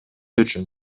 үчүн